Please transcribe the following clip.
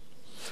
היום,